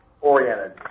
oriented